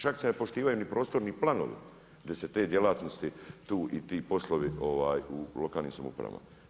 Čak se ne poštivaju ni prostorni planovi, gdje se te djelatnosti i ti poslovi u lokalnim samoupravama.